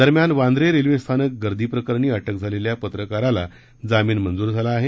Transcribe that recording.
दरम्यान वांद्रे रेल्वेस्थानक गर्दी प्रकरणी अटक झालेल्या पत्रकाराला जामीन मंजूर झाला आहे